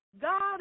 God